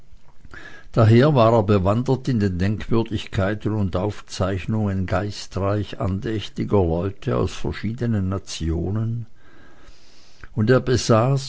daher war er bewandert in den denkwürdigkeiten und aufzeichnungen geistreich andächtiger leute aus verschiedenen nationen und er besaß